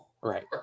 right